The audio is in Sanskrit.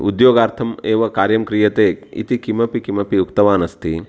उद्योगार्थम् एव कार्यं क्रियते इति किमपि किमपि उक्तवान् अस्ति